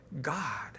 God